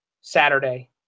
Saturday